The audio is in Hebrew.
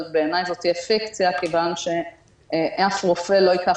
אבל בעיני זו תהיה פיקציה כיוון שאף רופא לא ייקח